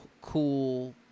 cool